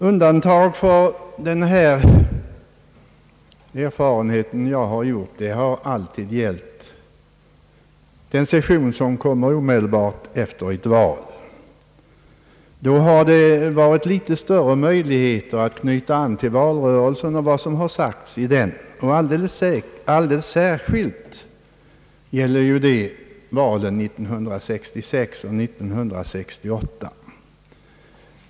Undantag från denna erfarenhet, som jag har gjort, har alltid gällt den session som kommer omedelbart efter ett val. Då har det funnits litet större möjligheter att knyta an till valrörelsen och vad som sagts i den. Alldeles särskilt gäller detta valen 1966 och 1968.